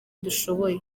dushoboye